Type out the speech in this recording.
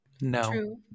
No